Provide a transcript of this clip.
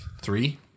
Three